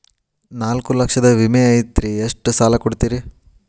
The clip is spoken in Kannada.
ನಾಲ್ಕು ಲಕ್ಷದ ವಿಮೆ ಐತ್ರಿ ಎಷ್ಟ ಸಾಲ ಕೊಡ್ತೇರಿ?